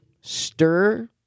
Stir